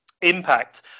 impact